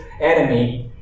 enemy